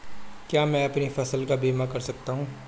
क्या मैं अपनी फसल का बीमा कर सकता हूँ?